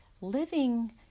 living